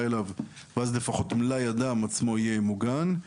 אליו ואז לפחות מלאי הדם עצמו יהיה מוגן.